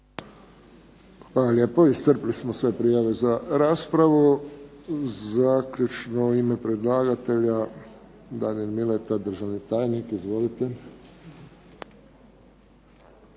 Hvala lijepo. Iscrpili smo sve prijave za raspravu. Zaključno u ime predlagatelja Danijel Mileta, državni tajnik. Izvolite.